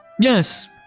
Yes